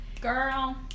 Girl